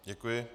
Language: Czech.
Děkuji.